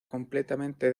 completamente